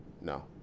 no